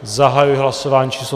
Zahajuji hlasování číslo 131.